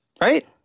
Right